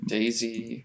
Daisy